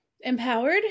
empowered